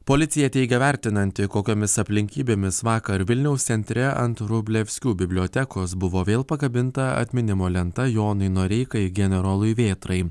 policija teigia vertinanti kokiomis aplinkybėmis vakar vilniaus centre ant vrublevskių bibliotekos buvo vėl pakabinta atminimo lenta jonui noreikai generolui vėtrai